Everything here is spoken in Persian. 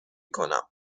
کنم